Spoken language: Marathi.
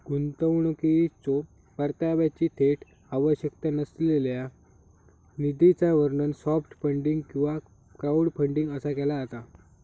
गुंतवणुकीच्यो परताव्याची थेट आवश्यकता नसलेल्या निधीचा वर्णन सॉफ्ट फंडिंग किंवा क्राऊडफंडिंग असा केला जाता